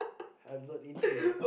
I've got retweet